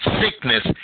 sickness